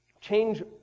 change